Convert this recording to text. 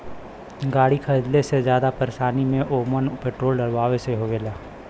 गाड़ी खरीदले से जादा परेशानी में ओमन पेट्रोल डलवावे से हउवे